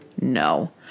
No